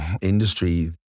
industry